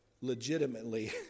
legitimately